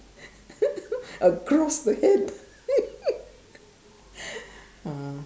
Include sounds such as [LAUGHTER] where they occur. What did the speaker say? [LAUGHS] across the head [LAUGHS] ah